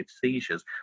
seizures